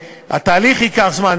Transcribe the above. והתהליך ייקח זמן,